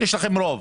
יש לכם רוב.